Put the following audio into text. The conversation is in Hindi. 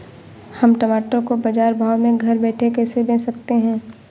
हम टमाटर को बाजार भाव में घर बैठे कैसे बेच सकते हैं?